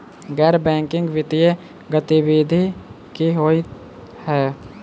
गैर बैंकिंग वित्तीय गतिविधि की होइ है?